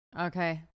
okay